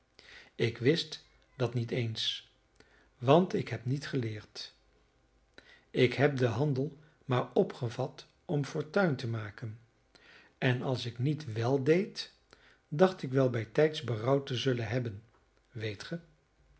ik wist dat niet eens want ik ben niet geleerd ik heb den handel maar opgevat om fortuin te maken en als ik niet wèl deed dacht ik wel bijtijds berouw te zullen hebben weet